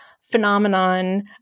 phenomenon